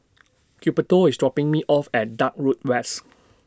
Gilberto IS dropping Me off At Dock Road West